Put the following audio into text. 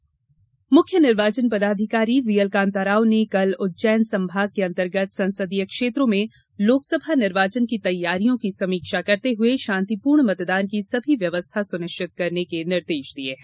चुनाव बैठक मुख्य निर्वाचन पदाधिकारी व्हीएल कान्ताराव ने कल उज्जैन संभाग के अंतर्गत संसदीय क्षेत्रों में लोकसभा निर्वाचन की तैयारियों की समीक्षा करते हुए षांतिपूर्ण मतदान की सभी व्यवस्था सुनिष्वित करने के निर्देष दिये हैं